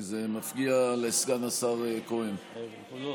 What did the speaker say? כי זה מפריע לסגן השר כהן.